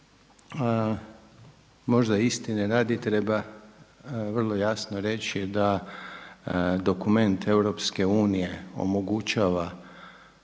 Možda istine radi treba vrlo jasno reći da dokument EU omogućava